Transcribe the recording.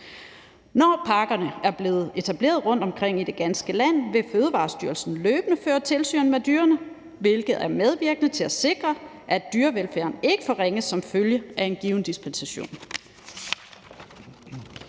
Når parkerne er blevet etableret rundtomkring i det ganske land, vil Fødevarestyrelsen løbende føre tilsyn med dyrene, hvilket vil være medvirkende til at sikre, at dyrevelfærden ikke forringes som følge af en given dispensation.